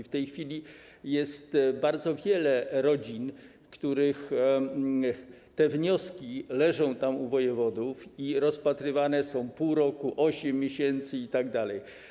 W tej chwili jest bardzo wiele rodzin, których wnioski leżą tam, u wojewodów i rozpatrywane są w ciągu pół roku, 8 miesięcy itd.